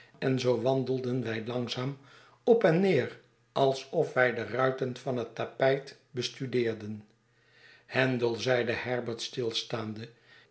en zoo wandelden wij langzaam op en neer alsof wij de ruiten van het tapijt bestudeerden handel zeide herbert stilstaande